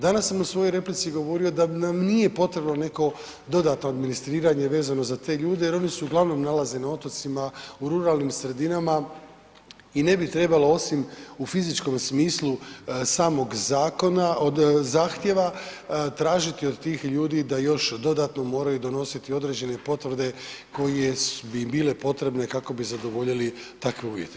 Danas sam u svojoj replici govorio da nam nije potrebno neko dodatno administriranje vezano za te ljude jer oni se uglavnom nalaze na otocima u ruralnim sredinama i ne bi trebalo osim u fizičkom smislu samog zakona od zahtjeva tražiti od tih ljudi da još dodatno moraju donositi određene potvrde koje bi bile potrebne kako bi zadovoljili takve uvjete.